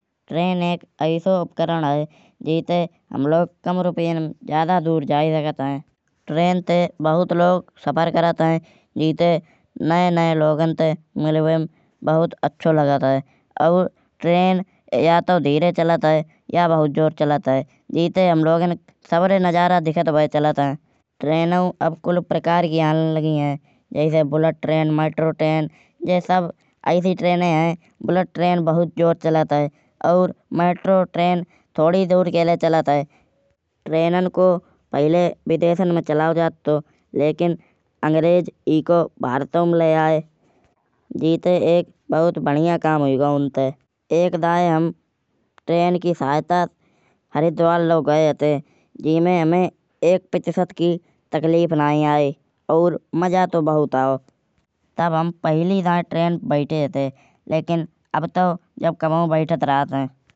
ट्रेन एक अइसो उपकरण है। जेसे हम कम रुपया में ज्यादा दूर जाई सकत हैं। ट्रेन ते बहुत लोग सफर करत हैं। जीते नये नये लोगन से मिलवे में बहुत अच्छो लागत हैं। और ट्रेन या तो धीरे चलत है या तो बहुत तेज चलत है। जीते हम लोगन का सबर नजारा दिखहत भए चलत हैं। ट्रेनन अब कुल प्रकार की आन लगी हैं। जैसे बुलेट ट्रेन, मेट्रो ट्रेन ये सब अइसि ट्रेनाई हैं। बुलेट ट्रेन बहुत जोर चलत हैं। और मेट्रो ट्रेन थोड़ी दूर के लाय चलत हैं। ट्रेनन को पहिले विदेश में चलाओ जात रहे। लेकिन अंग्रेज एको भारत में लायी आये। जीते एक बहुत बढ़िया काम हुई गाव उँते। एक दाए हम ट्रेन की सहायता ते हरिद्वार लौ गये हते। जेमें हमें एक प्रतिशत की तकलीफ नाहीं आयी। और मजा तो बहुत आओ। तब हम पहली दाए ट्रेन पे बैठे हते। लकिन अब तो जब कबहूं बैठत रहत हैं।